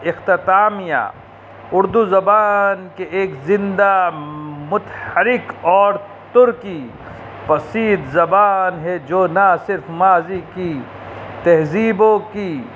اختتامیہ اردو زبان کے ایک زندہ متحرک اور ترقی پسند زبان ہے جو نہ صرف ماضی کی تہذیبوں کی